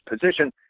position